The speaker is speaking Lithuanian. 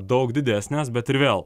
daug didesnės bet ir vėl